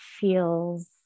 feels